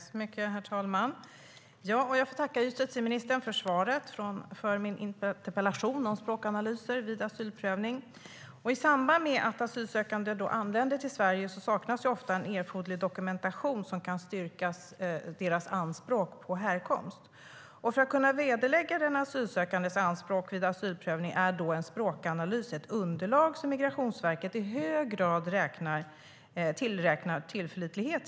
Herr talman! Jag får tacka justitieministern för svaret på min interpellation om språkanalyser vid asylprövning.I samband med att asylsökande anländer till Sverige saknas det ofta erforderlig dokumentation som kan styrka deras anspråk på härkomst. För att kunna vederlägga den asylsökandes anspråk vid asylprövning är då en språkanalys ett underlag som Migrationsverket i hög grad anser tillförlitligt.